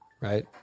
Right